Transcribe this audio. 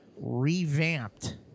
revamped